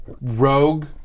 rogue